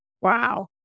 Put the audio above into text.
Wow